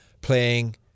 playing